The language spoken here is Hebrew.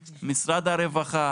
מצד שני יש עמותות,